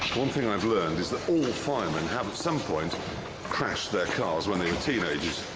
one thing i've learned is that all firemen have at some point crashed their cars when they were teenagers.